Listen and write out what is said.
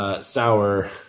Sour